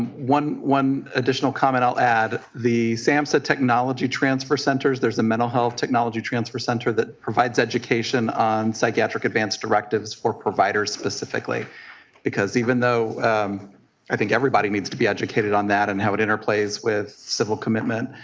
one one additional comment i will add, the samhsa technology transfer center there is a mental health technology transfer center that provides education on psychiatric advance directives for providers specifically because even though i think everybody needs to be educated on that and how it interplays with civil commitment